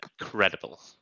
Incredible